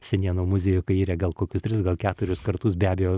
senienų muziejų kaire gal kokius tris gal keturis kartus be abejo